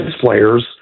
players